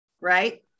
right